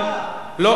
למליאה זה,